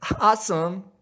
Awesome